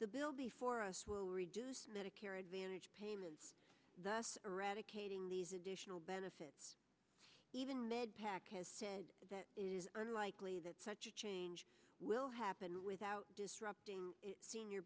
the bill before us will reduce medicare advantage payments thus eradicating these additional benefits even med pac has said that is unlikely that such a change will happen without disrupting senior